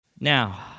Now